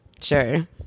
sure